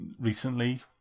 recently